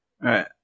right